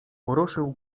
poruszył